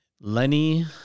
Lenny